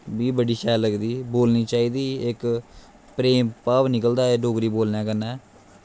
मिगी बड़ी शैल लगदी बोलनी चाहिदी इक्क प्रेम भाव निकलदा ऐ डोगरी बोलनै कन्नै